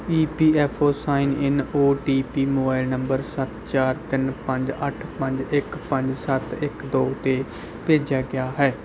E P F O sign in O T P mobile number ਸੱਤ ਚਾਰ ਤਿੰਨ ਪੰਜ ਅੱਠ ਪੰਜ ਇੱਕ ਪੰਜ ਸੱਤ ਇੱਕ ਦੋ 'ਤੇ ਭੇਜਿਆ ਗਿਆ ਹੈ